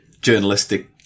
journalistic